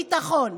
ביטחון.